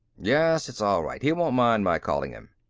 yes, it's all right. he won't mind my calling him.